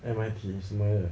M_I_T 什么来的